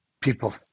people